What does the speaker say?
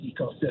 ecosystem